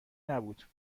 نبود